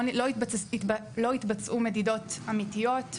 לא התבצעו מדידות אמיתיות,